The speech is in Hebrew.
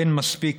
אין מספיק